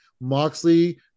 Moxley